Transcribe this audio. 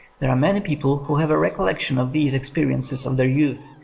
there are many people who have a recol lection of these experiences of their youth,